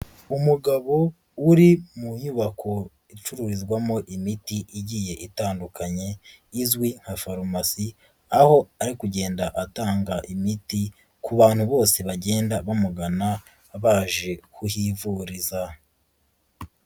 Umugabo uri mu nyubako icururizwamo imiti igiye itandukanye izwi nka farumasi aho ari kugenda atanga imiti ku bantu bose bagenda bamugana baje kuhivuriza.